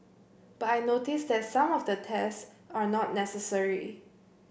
but I notice that some of the tests are not necessary